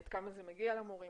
עד כמה זה מגיע למורים?